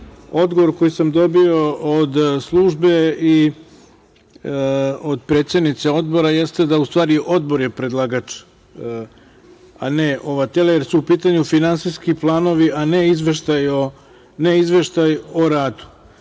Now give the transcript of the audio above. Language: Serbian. odgovor koji sam dobio od službe i od predsednice odbora da je u stvari Odbor predlagač, a ne ova tela, jer su u pitanju finansijski planovi a ne izveštaj o radu.